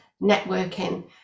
networking